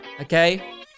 Okay